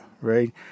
right